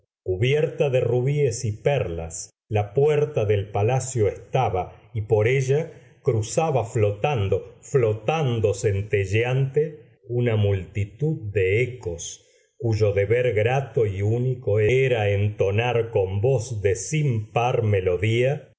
cubierta de rubíes y perlas la puerta del palacio estaba y por ella cruzaba flotando flotando centelleante una multitud de ecos cuyo deber grato y único era entonar con voz de sin par melodía